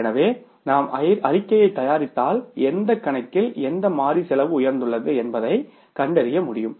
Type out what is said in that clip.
எனவே நாம் அறிக்கையைத் தயாரித்தால் எந்த கணக்கில் எந்த மாறி செலவு உயர்ந்துள்ளது என்பதைக் கண்டறிய முடியும்